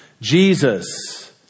Jesus